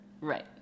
Right